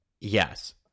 yes